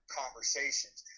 conversations